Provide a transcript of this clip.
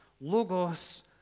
Logos